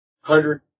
hundred